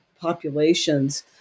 populations